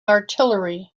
artillery